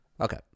Okay